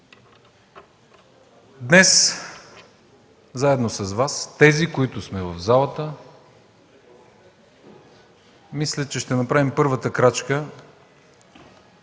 Днес заедно с Вас тези, които сме в залата, мисля, че ще направим първата крачка,